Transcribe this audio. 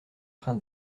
train